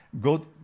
go